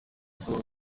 asabwa